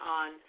on